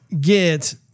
get